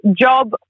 job